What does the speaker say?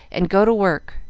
and go to work,